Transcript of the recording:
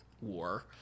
war